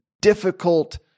difficult